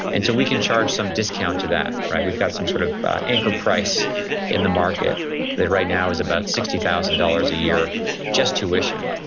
and so we can charge some discount to that. we've got some sort of anchor price in the market that right now is about sixty thousand dollars a year just tuition